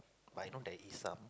but I know there is some